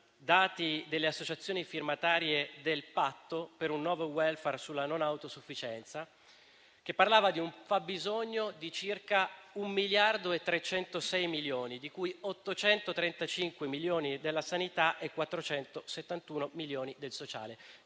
dalle associazioni firmatarie del patto per un nuovo *welfare* sulla non autosufficienza, che si parla di un fabbisogno di circa 1,306 milioni, di cui 835 milioni della sanità e 471 milioni del sociale.